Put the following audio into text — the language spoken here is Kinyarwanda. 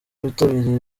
bitabiriye